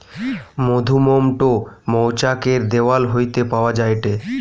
মধুমোম টো মৌচাক এর দেওয়াল হইতে পাওয়া যায়টে